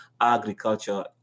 agriculture